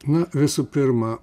na visų pirma